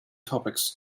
topics